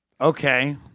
Okay